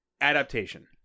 adaptation